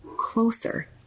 closer